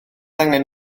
angen